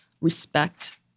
respect